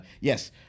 yes